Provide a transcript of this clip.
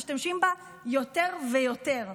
משתמשים בה יותר ויותר.